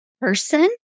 person